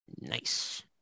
Nice